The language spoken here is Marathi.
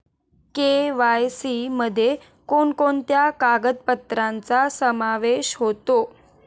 के.वाय.सी मध्ये कोणकोणत्या कागदपत्रांचा समावेश होतो?